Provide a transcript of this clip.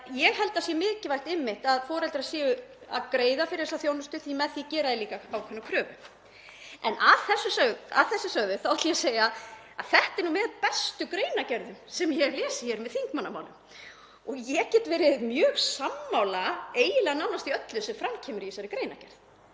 ég held að það sé einmitt mikilvægt að foreldrar séu að greiða fyrir þessa þjónustu því að með því gera þeir líka ákveðnar kröfur. En að þessu sögðu ætla ég að segja að þetta er nú með bestu greinargerðum sem ég hef lesið með þingmannamálum. Ég get verið mjög sammála eiginlega nánast í öllu sem fram kemur í þessari greinargerð.